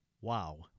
Wow